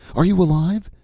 are you alive?